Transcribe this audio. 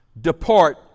depart